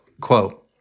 Quote